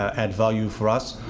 add value for us,